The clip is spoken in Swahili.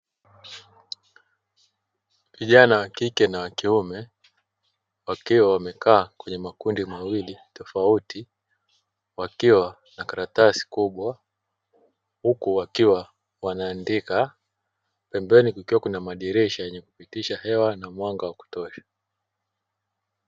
Kijana wakike na wakiume wakiwa wamekaa kwenye makundi mawili tofauti wakiwa na karatasi kubwa huku wakiwa wanaandika, pembeni kukiwa kuna madirisha yenye kupitisha hewa na mwanga wa kutosha.